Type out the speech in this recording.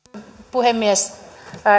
puhemies